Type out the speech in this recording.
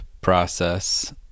process